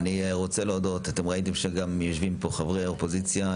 אני רוצה להודות גם לחברי האופוזיציה.